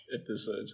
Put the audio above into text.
episode